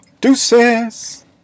Deuces